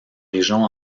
région